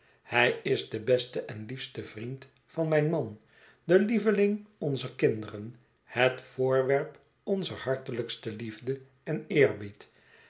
hij is de beste en liefste vriend van mijn man de lieveling onzer kinderen het voorwerp onzer hartelijkste liefde en eerbied